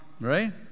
right